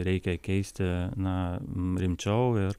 reikia keisti na rimčiau ir